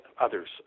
others